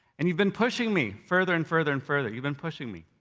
and you've been pushing me further, and further, and further, you've been pushing me.